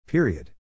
Period